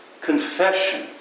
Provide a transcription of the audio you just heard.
confession